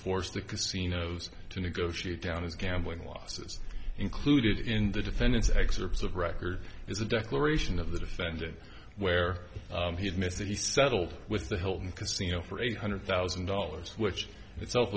force the casinos to negotiate down his gambling losses included in the defendant's excerpts of record is a declaration of the defendant where he admits that he settled with the hilton casino for eight hundred thousand dollars which itself